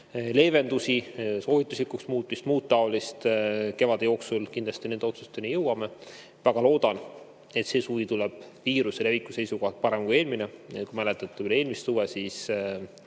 leevendusi, soovituslikuks muutmist vms. Kevade jooksul kindlasti nende otsusteni jõuame. Väga loodan, et see suvi tuleb viiruse leviku seisukohalt parem kui eelmine. Kui te mäletate veel eelmist suve, siis